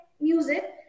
music